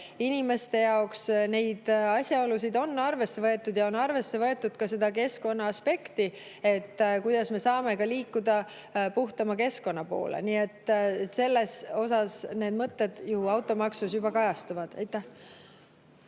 inimeste jaoks. Neid asjaolusid on arvesse võetud ja on arvesse võetud ka keskkonnaaspekti, et kuidas me saame liikuda puhtama keskkonna poole. Nii et need mõtted ju automaksus juba kajastuvad. Suur